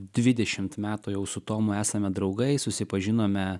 dvidešimt metų jau su tomu esame draugai susipažinome